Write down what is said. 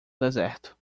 deserto